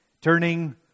turning